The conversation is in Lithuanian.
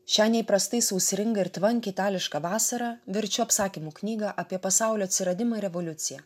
šią neįprastai sausringą ir tvank itališką vasarą verčiu apsakymų knygą apie pasaulio atsiradimą revoliuciją